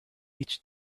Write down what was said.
each